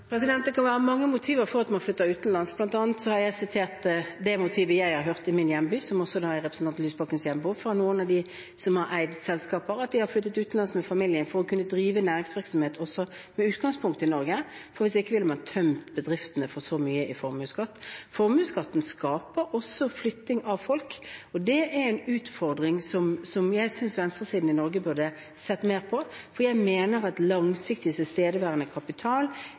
Det kan være mange motiver for at man flytter utenlands. Blant annet har jeg sitert det motivet jeg har hørt i min hjemby, som også er representanten Lysbakkens hjemby, fra noen av dem som har eid selskaper, at de har flyttet utenlands med familien for å kunne drive næringsvirksomhet også med utgangspunkt i Norge, for hvis ikke ville man ha tømt bedriftene for så mye i formuesskatt. Formuesskatten skaper også flytting av folk, og det er en utfordring som jeg synes venstresiden i Norge burde sett mer på. Jeg mener at langsiktig, tilstedeværende kapital